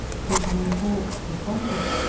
he uncorked the bottle,